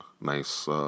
nice